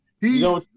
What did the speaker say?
he-